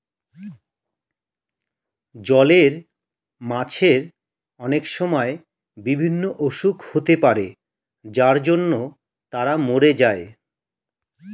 জলের মাছের অনেক সময় বিভিন্ন অসুখ হতে পারে যার জন্য তারা মোরে যায়